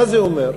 מה זה אומר?